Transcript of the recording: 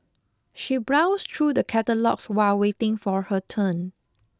she browsed through the catalogues while waiting for her turn